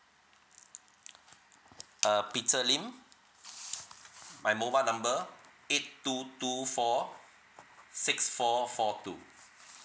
uh peter lim my mobile number eight two two four six four four two